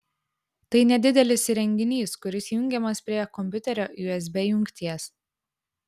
tai nedidelis įrenginys kuris jungiamas prie kompiuterio usb jungties